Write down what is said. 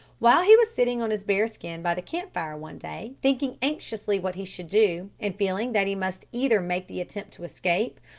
while he was sitting on his bear-skin by the campfire one day, thinking anxiously what he should do, and feeling that he must either make the attempt to escape,